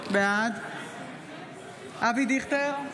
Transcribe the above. בעד אבי דיכטר,